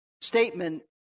statement